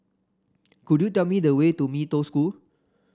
could you tell me the way to Mee Toh School